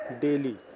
daily